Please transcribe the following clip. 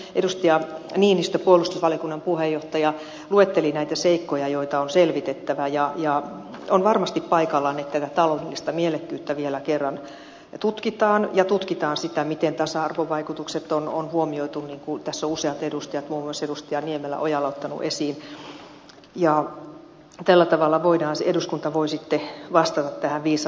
edustaja niinistö puolustusvaliokunnan puheenjohtaja luetteli näitä seikkoja joita on selvitettävä ja on varmasti paikallaan että tätä taloudellista mielekkyyttä vielä kerran tutkitaan ja tutkitaan sitä miten tasa arvovaikutukset on huomioitu niin kuin tässä ovat useat edustajat muun muassa edustaja ojala niemelä ottaneet esiin ja tällä tavalla eduskunta voi sitten vastata tähän viisaalla tavalla